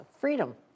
freedom